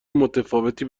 متفاوتی